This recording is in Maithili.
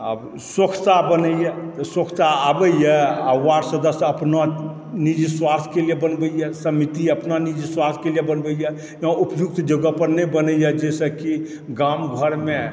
आब सोखता बनैआ सोखता अबैआ आ वार्ड सदस्य अपना निजी स्वार्थके लिए बनबयए समिति अपना निजी स्वार्थ के लिए बनबयए ने उपयुक्त जगह पर नहि बनयए जाहिसँ कि गाम घरमे